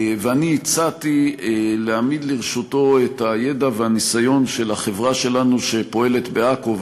ואני הצעתי להעמיד לרשותו את הידע והניסיון של החברה שלנו שפועלת בעכו,